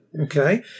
okay